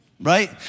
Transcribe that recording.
Right